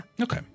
Okay